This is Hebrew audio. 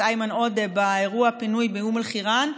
איימן עודה באירוע הפינוי באום אלחיראן,